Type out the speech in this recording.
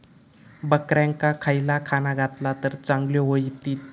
बकऱ्यांका खयला खाणा घातला तर चांगल्यो व्हतील?